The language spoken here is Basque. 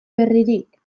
berririk